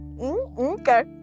okay